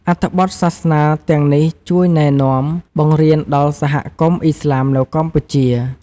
អត្ថបទសាសនាទាំងនេះជួយណែនាំ បង្រៀនដល់សហគមន៍អ៊ីស្លាមនៅកម្ពុជា។